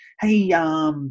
Hey